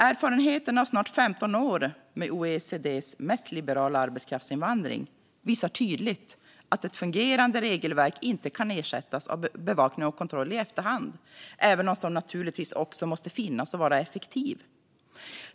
Erfarenheten från snart 15 år med OECD:s mest liberala arbetskraftsinvandring visar tydligt att ett fungerande regelverk inte kan ersättas av bevakning och kontroll i efterhand, även om sådan naturligtvis också måste finnas och vara effektiv.